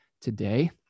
today